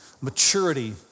Maturity